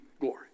glory